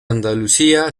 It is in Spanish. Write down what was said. andalucía